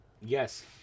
Yes